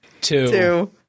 two